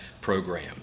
program